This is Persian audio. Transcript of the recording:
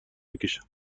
بکشم